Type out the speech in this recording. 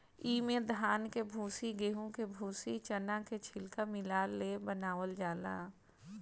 इमे धान के भूसी, गेंहू के भूसी, चना के छिलका मिला ले बनावल जाला